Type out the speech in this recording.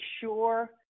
sure